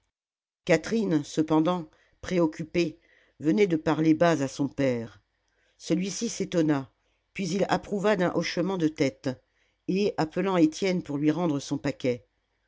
catherine cependant préoccupée venait de parler bas à son père celui-ci s'étonna puis il approuva d'un hochement de tête et appelant étienne pour lui rendre son paquet